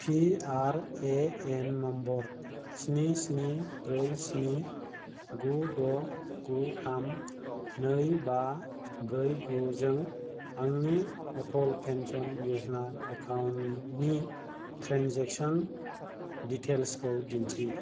PRAN number स्निस्नि ब्रै स्नि गु द' गु थाम नै बा ब्रै गु जों आंनि अटल पेन्सन य'जना एकाउन्टनि ट्रेनजेक्सन डिटेइल्सखौ दिन्थि